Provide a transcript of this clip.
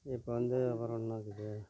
இப்போ வந்து அப்புறம் என்னாயிருக்குது